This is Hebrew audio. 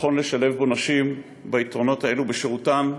נכון לשלב בו נשים, ביתרונות האלה בשירותן,